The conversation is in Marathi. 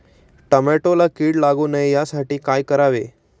टोमॅटोला कीड लागू नये यासाठी काय करावे?